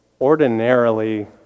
ordinarily